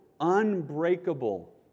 unbreakable